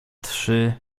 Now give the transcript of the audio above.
trzy